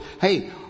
hey